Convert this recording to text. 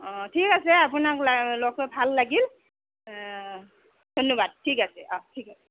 অ ঠিক আছে আপোনাক লগ পাই ভাল লাগিল ধন্যবাদ ঠিক আছে অ ঠিক আছে